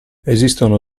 esistono